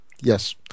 Yes